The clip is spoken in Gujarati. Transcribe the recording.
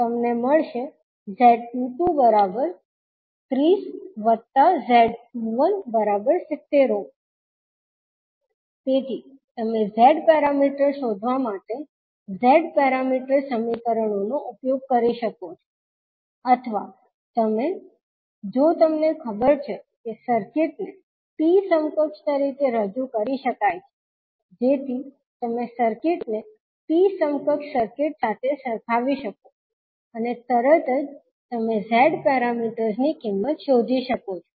તમને મળશે Z2230Z1270Ω તેથી તમે Z પેરામીટર્સ શોધવા માટે Z પેરામીટર સમીકરણોનો ઉપયોગ કરી શકો છો અથવા તમે જો તમને ખબર છે કે સર્કિટને T સમકક્ષ તરીકે રજૂ કરી શકાય છે જેથી તમે સર્કિટને T સમકક્ષ સર્કિટ સાથે સરખાવી શકો અને તરત જ તમે Z પેરામીટર્સની કિંમત શોધી શકો છો